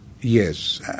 Yes